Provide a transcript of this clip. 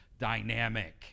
dynamic